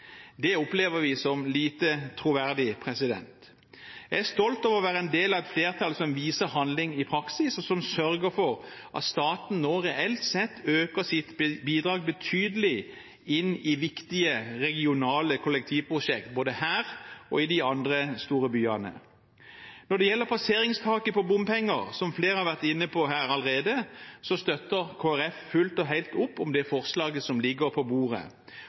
Det opplever vi som lite troverdig. Jeg er stolt over å være en del av et flertall som viser handling i praksis, og som sørger for at staten nå reelt sett øker sitt bidrag betydelig inn i viktige regionale kollektivprosjekt, både her og i de andre store byene. Når det gjelder passeringstaket på bompenger, som flere har vært inne på allerede, støtter Kristelig Folkeparti fullt og helt opp om forslaget til vedtak i innstillingen. Når det